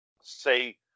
say